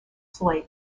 slate